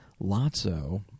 Lotso